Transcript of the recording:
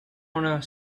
want